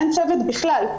אין צוות בכלל.